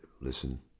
listen